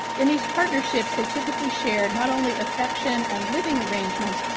in these partnerships they typically shared, not only affection and living arrangements,